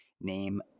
Name